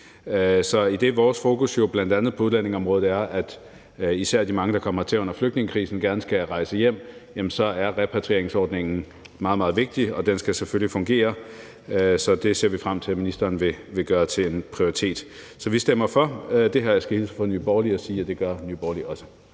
idet vores fokus på udlændingeområdet jo bl.a. er, at især de mange, der kom hertil under flygtningekrisen, gerne skal rejse hjem, så er repatrieringsordningen meget, meget vigtig, og den skal selvfølgelig fungere. Så det ser vi frem til at ministeren vil gøre til en prioritet. Så vi stemmer for det her forslag, og jeg skal hilse fra Nye Borgerlige og sige, at det gør Nye Borgerlige også.